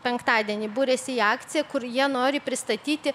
penktadienį buriasi į akciją kur jie nori pristatyti